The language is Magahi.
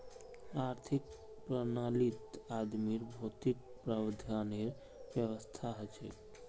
आर्थिक प्रणालीत आदमीर भौतिक प्रावधानेर व्यवस्था हछेक